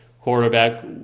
quarterback